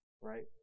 right